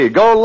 go